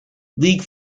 league